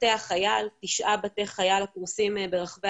בתי החייל תשעה בתי חייל הפרוסים ברחבי